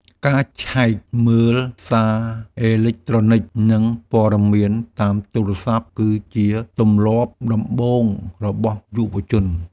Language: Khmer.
ការឆែកមើលសារអេឡិចត្រូនិក និងព័ត៌មានតាមទូរស័ព្ទ គឺជាទម្លាប់ដំបូងរបស់យុវជន។